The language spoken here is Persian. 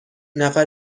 نفر